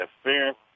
experience